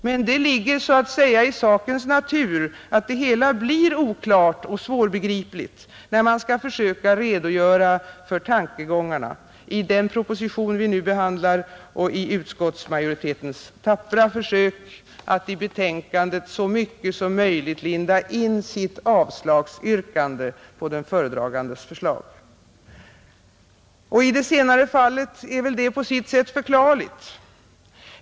Men det ligger så att säga i sakens natur att det hela blir oklart och svårbegripligt när man skall försöka redogöra för tankegångarna i den proposition vi nu behandlar och i utskottsmajoritetens tappra försök att i betänkandet så mycket som möjligt linda in sitt avstyrkande av den föredragandes förslag. Och i det senare fallet är väl detta på sitt sätt förklarligt.